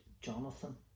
jonathan